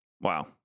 Wow